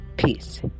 Peace